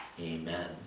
Amen